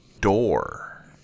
Door